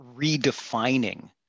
redefining